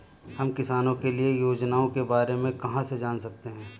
हम किसानों के लिए योजनाओं के बारे में कहाँ से जान सकते हैं?